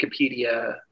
wikipedia